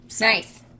nice